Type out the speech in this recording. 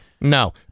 No